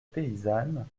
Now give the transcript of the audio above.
paysannes